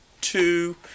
two